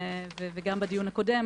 וגם בדיון הקודם,